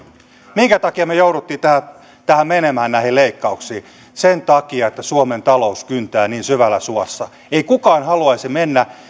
minkä takia me jouduimme tähän menemään näihin leikkauksiin sen takia että suomen talous kyntää niin syvällä suossa ei kukaan haluaisi mennä